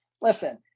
Listen